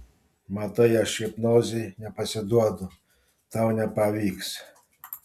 matai aš hipnozei nepasiduodu tau nepavyks